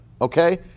okay